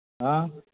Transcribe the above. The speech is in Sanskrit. आ